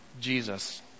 Jesus